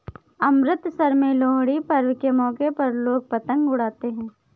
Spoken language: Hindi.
अमृतसर में लोहड़ी पर्व के मौके पर लोग पतंग उड़ाते है